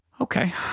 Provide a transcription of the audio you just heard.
Okay